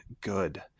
good